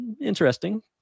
Interesting